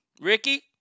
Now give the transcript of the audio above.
Ricky